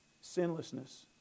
Sinlessness